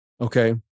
Okay